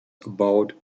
about